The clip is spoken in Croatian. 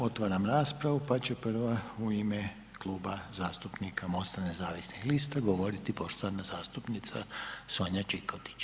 Otvaram raspravu, pa će prva u ime Kluba zastupnika Mosta nezavisnih lista govoriti poštovana zastupnica Sonja Čikotić.